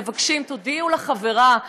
מבקשים: תודיעו לחברה,